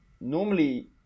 normally